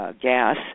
gas